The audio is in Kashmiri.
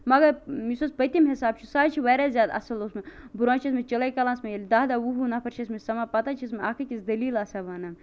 مگر یُس حظ پٔتِم حِساب چھُ سُہ حظ چھُ واریاہ زیاد اصل اوسمُت برونٛہہ حظ چھِ ٲسمتۍ چلے کَلانَس مَنٛز ییٚلہِ دہ دہ وُہ وُہ نفر چھِ ٲسمتۍ سَمان پتہٕ حظ چھِ اکھ أکِس دلیل آسان وَنان